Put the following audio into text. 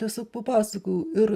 tiesiog papasakojau ir